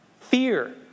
fear